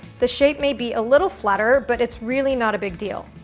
the shape may be a little flatter, but it's really not a big deal.